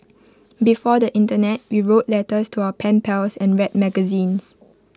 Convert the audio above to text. before the Internet we wrote letters to our pen pals and read magazines